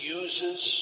uses